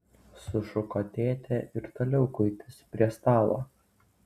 sušuko tėtė ir toliau kuitėsi prie stalo